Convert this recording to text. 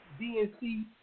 DNC